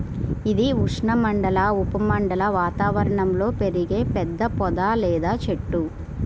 ఇది ఉష్ణమండల, ఉప ఉష్ణమండల వాతావరణంలో పెరిగే పెద్ద పొద లేదా చెట్టు